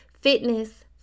fitness